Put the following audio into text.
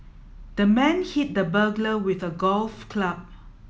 the man hit the burglar with a golf club